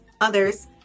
others